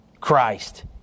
Christ